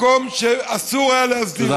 מקום שאסור היה להסדיר אותו.